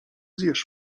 zjesz